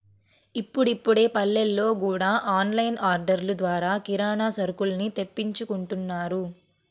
ఇప్పుడిప్పుడే పల్లెల్లో గూడా ఆన్ లైన్ ఆర్డర్లు ద్వారా కిరానా సరుకుల్ని తెప్పించుకుంటున్నారు